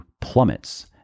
plummets